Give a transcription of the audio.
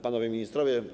Panowie Ministrowie!